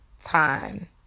time